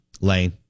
Lane